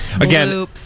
Again